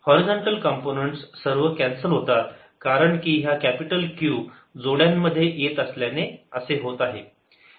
horizontal components सर्व cancel होतात कारण की ह्या कॅपिटल Q जोड्यांमध्ये येत असल्याने होत आहे